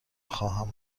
خواهم